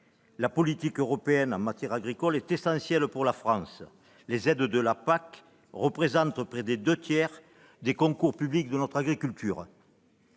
La politique européenne en matière agricole est essentielle pour la France. Les aides de la PAC représentent près des deux tiers des concours publics à notre agriculture.